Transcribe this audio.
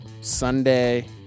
sunday